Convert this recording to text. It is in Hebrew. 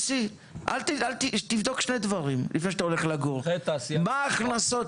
אז תבדוק לפני כן שני דברים: מה ההכנסות